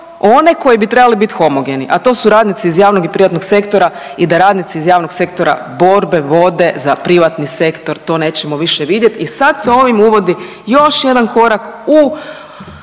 one koji bi trebali biti homogeni, a to su radnici iz javnog i privatnog sektora i da radnici iz javnog sektora borbe vode za privatni sektor. To nećemo više vidjeti. I sad se ovim uvodi još jedan korak u